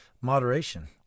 Moderation